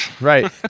Right